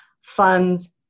funds